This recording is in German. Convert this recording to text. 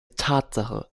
tatsache